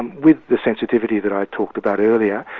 and with the sensitivity that i talked about earlier,